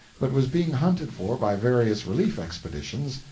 but was being hunted for by various relief expeditions,